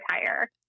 retire